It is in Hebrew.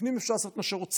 בפנים אפשר לעשות מה שרוצים,